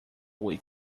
week